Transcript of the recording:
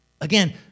Again